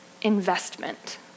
investment